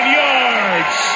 yards